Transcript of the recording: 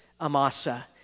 Amasa